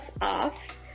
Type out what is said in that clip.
off